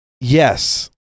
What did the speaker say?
Yes